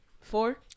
Four